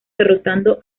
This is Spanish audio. derrotando